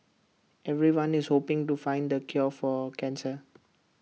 everyone is hoping to find the cure for cancer